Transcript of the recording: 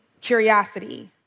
curiosity